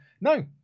no